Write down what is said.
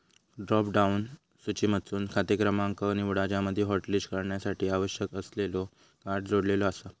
drop down सूचीमधसून खाते क्रमांक निवडा ज्यामध्ये हॉटलिस्ट करण्यासाठी आवश्यक असलेले कार्ड जोडलेला आसा